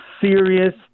serious